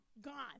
gone